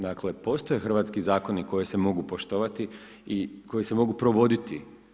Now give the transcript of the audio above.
Dakle, postoje hrvatski zakoni koji se mogu poštovati i koji se mogu provoditi.